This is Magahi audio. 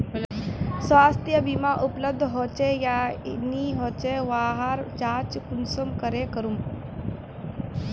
स्वास्थ्य बीमा उपलब्ध होचे या नी होचे वहार जाँच कुंसम करे करूम?